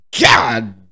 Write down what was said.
god